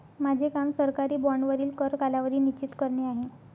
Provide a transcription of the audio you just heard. माझे काम सरकारी बाँडवरील कर कालावधी निश्चित करणे आहे